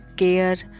care